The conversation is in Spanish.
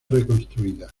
reconstruida